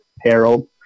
Harold